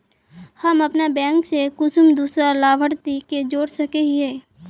हम अपन बैंक से कुंसम दूसरा लाभारती के जोड़ सके हिय?